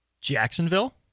Jacksonville